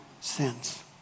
sins